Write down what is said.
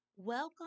Welcome